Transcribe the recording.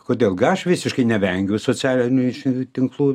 kodėl aš visiškai nevengiu socialinių tinklų